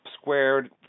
squared